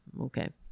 okay